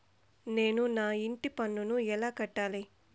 నేను నా ఇంటి పన్నును ఎలా కట్టాలి?